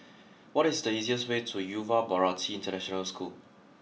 what is the easiest way to Yuva Bharati International School